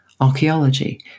archaeology